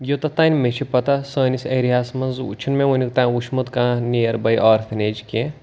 یوٚتَتھ تام مےٚ چھِ پَتہ سٲنِس ایریاہَس منٛز چھُنہٕ مےٚ وٕنیُک تام وٕچھمُت کانٛہہ نِیَر باے آرفنیج کینٛہہ